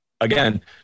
again